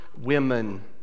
women